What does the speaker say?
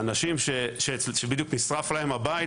האנשים שבדיוק נשרף להם הבית,